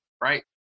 right